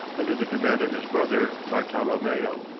under the command of his brother bartolomeo.